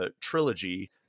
trilogy